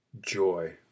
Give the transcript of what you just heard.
joy